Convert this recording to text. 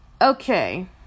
Okay